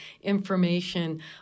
information